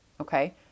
Okay